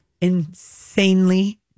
insanely